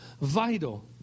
vital